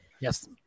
Yes